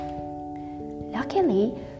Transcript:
Luckily